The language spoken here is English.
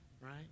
Right